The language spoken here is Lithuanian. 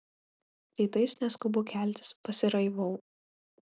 rytais neskubu keltis pasiraivau